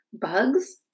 Bugs